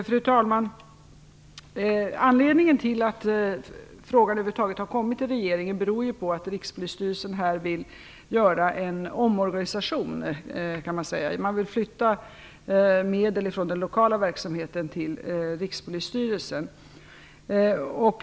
Fru talman! Anledningen till att frågan över huvud taget har kommit till regeringen är att Rikspolisstyrelsen här vill göra en omorganisation. Man vill flytta medel från den lokala verksamheten till Rikspolisstyrelsen.